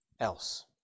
Else